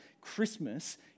Christmas